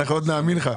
עוד נאמין לך.